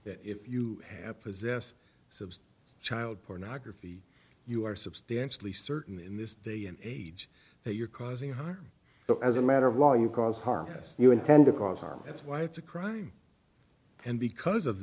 that if you have possessed civs child pornography you are substantially certain in this day and age that you're causing harm so as a matter of law would cause harm yes you intend to cause harm that's why it's a crime and because of